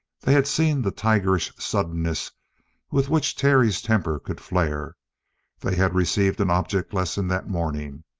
they had seen the tigerish suddenness with which terry's temper could flare they had received an object lesson that morning.